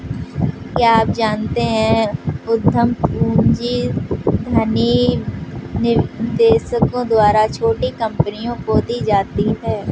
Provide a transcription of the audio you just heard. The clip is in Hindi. क्या आप जानते है उद्यम पूंजी धनी निवेशकों द्वारा छोटी कंपनियों को दी जाती है?